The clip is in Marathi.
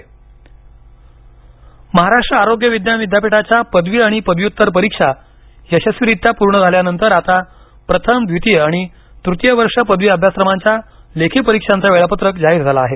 वैद्यकीय परिक्षा महाराष्ट्र आरोग्य विज्ञान विद्यापीठाच्या पदवी आणि पदव्युत्तर परीक्षा यशस्वीरीत्या पूर्ण झाल्यानंतर आता प्रथमद्वितीय आणि तृतीय वर्ष पदवी अभ्यासक्रमांच्या लेखी परीक्षांचं वेळापत्रक जाहिर झालं आहे